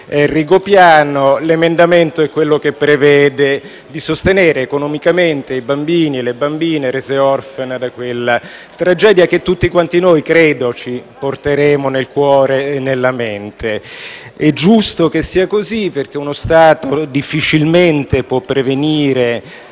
Rigopiano, l'emendamento prevede di sostenere economicamente i bambini e le bambine resi orfani da quella tragedia che tutti quanti noi, credo, porteremo nel cuore e nella mente. È giusto che sia così perché uno Stato difficilmente può prevenire